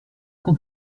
quand